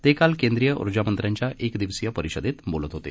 ते काल केंद्रिय ऊर्जा मंत्र्यांच्या एक दिवसीय परिषदेत बोलत होते